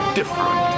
Different